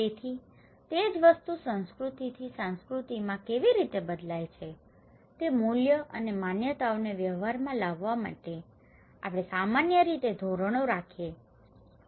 તેથી તે જ વસ્તુ સંસ્કૃતિથી સંસ્કૃતિમાં કેવી રીતે બદલાય છે તેથી તે મૂલ્યો અને માન્યતાઓને વ્યવહારમાં લાવવા માટે આપણે સામાન્ય રીતે ધોરણો રાખીએ છીએ